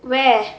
where